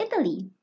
Italy